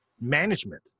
management